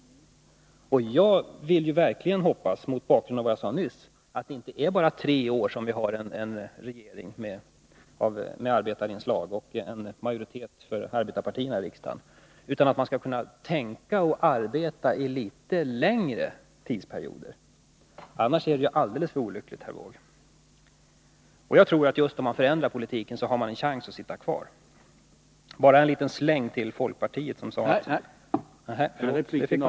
Jag hoppas verkligen, mot bakgrund av vad jag sade nyss, att det inte är bara tre år som vi har en regering med arbetarinslag och en majoritet för arbetarpartierna i riksdagen. Jag hoppas att man skall kunna tänka och arbeta i litet längre tidsperioder — annars är det alldeles för olyckligt, herr Wååg. Jag tror att man har en chans att sitta kvar just om man förändrar politiken.